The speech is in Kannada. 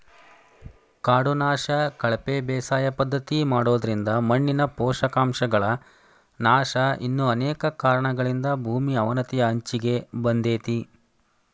ಕಾಡು ನಾಶ, ಕಳಪೆ ಬೇಸಾಯ ಪದ್ಧತಿ ಮಾಡೋದ್ರಿಂದ ಮಣ್ಣಿನ ಪೋಷಕಾಂಶಗಳ ನಾಶ ಇನ್ನು ಅನೇಕ ಕಾರಣಗಳಿಂದ ಭೂಮಿ ಅವನತಿಯ ಅಂಚಿಗೆ ಬಂದೇತಿ